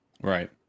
Right